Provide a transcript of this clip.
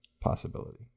possibility